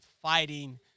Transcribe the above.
fighting